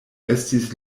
estis